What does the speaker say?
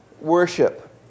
worship